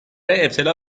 ابتلا